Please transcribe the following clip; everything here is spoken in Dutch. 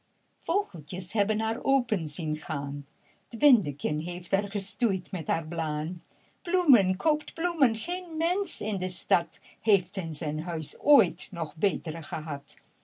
vogeltjes hebben haar open zien gaan t windeken heeft er gestoeid met haar blaên bloemen koop bloemen geen mensch in de stad heeft in zijn huis ooit nog bet're gehad